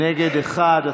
נגד, אחד.